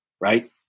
right